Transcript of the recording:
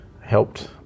helped